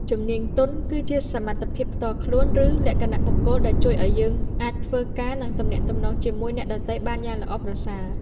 ជំនាញទន់ គឺជាសមត្ថភាពផ្ទាល់ខ្លួន ឬលក្ខណៈបុគ្គលដែលជួយឲ្យយើងអាចធ្វើការ និងទំនាក់ទំនងជាមួយអ្នកដទៃបានយ៉ាងល្អប្រសើរ។